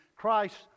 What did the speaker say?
christ